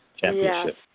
championship